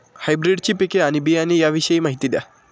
हायब्रिडची पिके आणि बियाणे याविषयी माहिती द्या